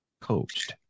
coached